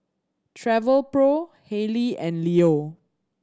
Travelpro Haylee and Leo